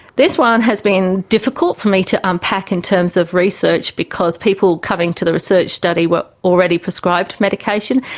this one has been difficult for me to unpack in terms of research because people coming to the research study were already prescribed medication,